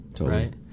right